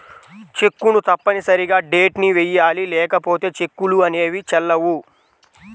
చెక్కును తప్పనిసరిగా డేట్ ని వెయ్యాలి లేకపోతే చెక్కులు అనేవి చెల్లవు